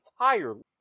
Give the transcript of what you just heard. entirely